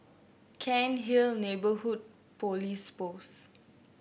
Cairnhill Neighbourhood Police Post